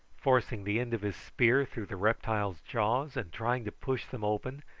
forcing the end of his spear through the reptile's jaws and trying to push them open,